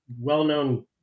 well-known